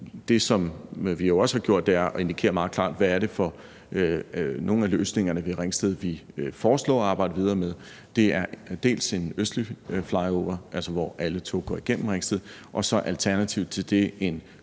det, som vi jo også har gjort, er at indikere meget klart, hvad det er for nogle af løsningerne i Ringsted, vi foreslår at arbejde videre med. Det er dels en østlig flyover, altså hvor alle tog går igennem Ringsted, og så alternativet til det, en